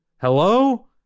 Hello